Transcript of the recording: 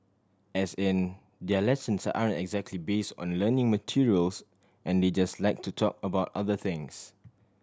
as in their lessons aren't exactly base on learning materials and they just like to talk about other things